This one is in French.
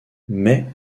mais